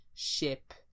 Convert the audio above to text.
Ship